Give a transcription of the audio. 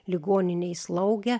ligoninėj slauge